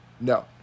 No